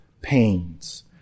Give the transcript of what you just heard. pains